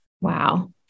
Wow